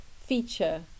feature